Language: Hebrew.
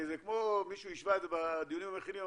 מישהו השווה את זה בדיונים המכינים,